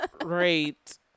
Great